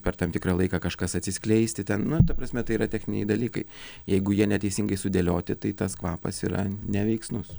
per tam tikrą laiką kažkas atsiskleisti ten nu ta prasme tai yra techniniai dalykai jeigu jie neteisingai sudėlioti tai tas kvapas yra neveiksnus